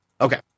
Okay